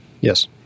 Yes